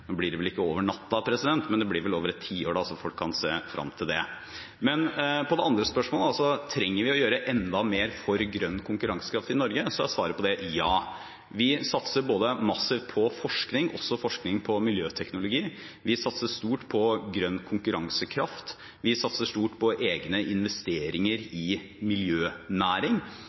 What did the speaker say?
blir borte. Nå skjer det vel ikke over natten, men det skjer vel over et tiår – så folk kan se frem til det. På det andre spørsmålet, om vi trenger å gjøre enda mer for grønn konkurransekraft i Norge, er svaret ja. Vi satser massivt på forskning, også forskning på miljøteknologi, vi satser stort på grønn konkurransekraft, vi satser stort på egne investeringer i miljønæring,